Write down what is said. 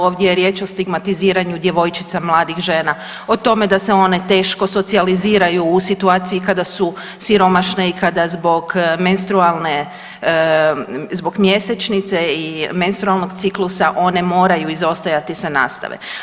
Ovdje je riječ o stigmatiziranju djevojčica mladih žena, o tome da se one teško socijaliziraju u situaciji kada su siromašne i kada zbog menstrualne, zbog mjesečnice i menstrualnog ciklusa one moraju izostajati sa nastave.